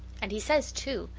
and he says, too,